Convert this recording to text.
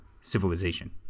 civilization